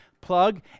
plug